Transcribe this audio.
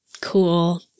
Cool